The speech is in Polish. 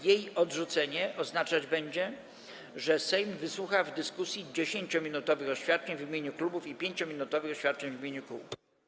Jej odrzucenie oznaczać będzie, że Sejm wysłucha w dyskusji 10-minutowych oświadczeń w imieniu klubów i 5-minutowych oświadczeń w imieniu kół.